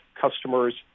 customers